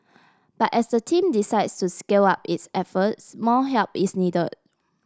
but as the team decides to scale up its efforts more help is need